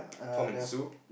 Tom and Sue